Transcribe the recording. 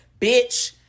Bitch